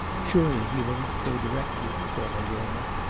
surely he will not go directly thought elena.